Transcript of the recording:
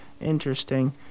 interesting